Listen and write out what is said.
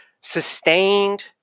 Sustained